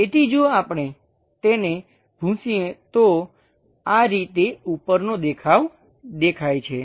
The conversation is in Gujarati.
તેથી જો આપણે તેને ભૂંસીએ તો આ રીતે ઉપરનો દેખાવ દેખાય છે